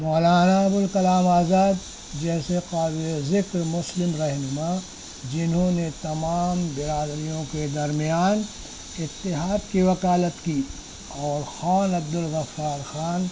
مولانا ابوالکلام آزاد جیسے قابل ذکر مسلم رہنما جنہوں نے تمام برادریوں کے درمیان اتحاد کی وکالت کی اور خان عبدالغفار خان